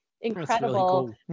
incredible